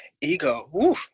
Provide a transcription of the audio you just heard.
Ego